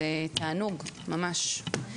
זה תענוג ממש.